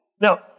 Now